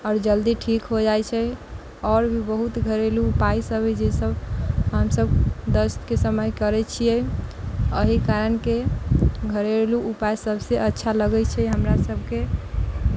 आओर जल्दी ठीक हो जाइ छै आओर भी बहुत घरेलु उपाय सभ है जे सभ हम सभ दस्तके समय करै छियै एहि कारणके घरेलु उपाय सभ से अच्छा लगै छै हमरा सभके